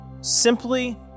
simply